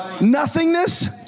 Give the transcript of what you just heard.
nothingness